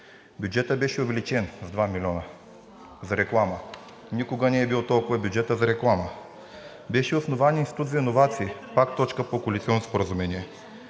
Бюджетът беше увеличен с 2 милиона за реклама. Никога не е бил толкова бюджетът за реклама. Беше основан Институт за иновации – пак точка по коалиционното споразумение.